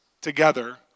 together